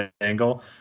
angle